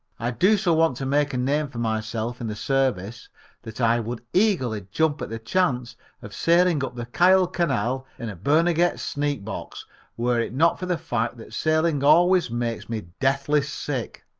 i do so want to make a name for myself in the service that i would eagerly jump at the chance of sailing up the kiel canal in a barnegat sneak box were it not for the fact that sailing always makes me deathly sick.